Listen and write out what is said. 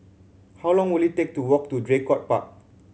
how long will it take to walk to Draycott Park